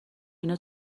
اینا